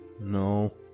No